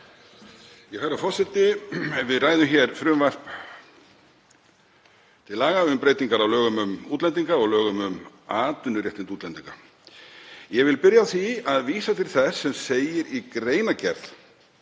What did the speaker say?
Herra forseti. Við ræðum hér frumvarp til laga um breytingu á lögum um útlendinga og lögum um atvinnuréttindi útlendinga. Ég vil byrja á því að vísa til þess sem segir í greinargerð